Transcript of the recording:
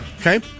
Okay